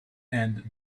and